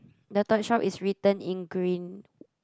the toy shop is written in green